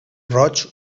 roig